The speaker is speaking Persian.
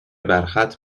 برخط